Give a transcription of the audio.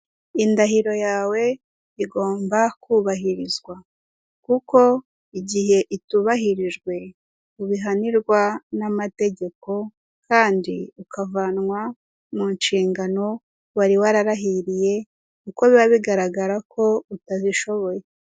Indahiro yawe igomba kubahirizwa kuko igihe itubahirijwe ubihanirwa n'amategeko kandi ukavanwa mu nshingano wari wararahiriye kuko biba bigaragara ko utazishoboye.